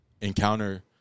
encounter